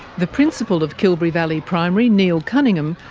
the principal of kilberry valley primary, neil cunningham,